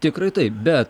tikrai taip bet